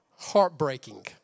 Heartbreaking